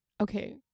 Okay